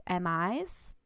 MIs